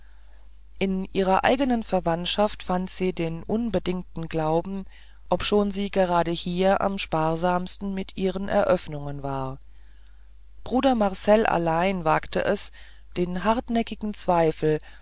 in ihrer eigenen verwandtschaft fand sie den unbedingtesten glauben obschon sie gerade hier am sparsamsten mit ihren eröffnungen war bruder marcell allein wagte es den hartnäckigen zweifler